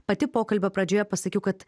pati pokalbio pradžioje pasakiau kad